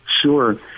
Sure